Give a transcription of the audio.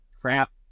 crap